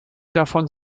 davon